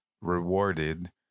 rewarded